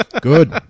Good